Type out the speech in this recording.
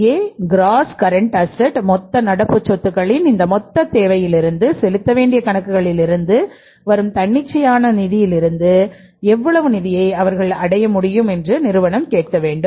ஏ மொத்த நடப்பு சொத்துக்களின் இந்த மொத்த தேவையிலிருந்து செலுத்த வேண்டிய கணக்குகளிலிருந்து வரும் தன்னிச்சையான நிதியிலிருந்து எவ்வளவு நிதியை அவர்கள் அடைய முடியும் என்று நிறுவனம் கேட்க வேண்டும்